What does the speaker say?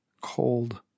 Cold